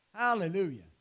Hallelujah